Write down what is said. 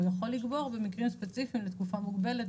הוא יכול לגבור במקרים ספציפיים לתקופה מוגבלת,